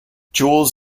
jules